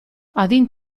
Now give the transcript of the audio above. adin